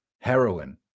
heroin